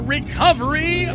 Recovery